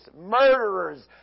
murderers